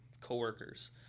coworkers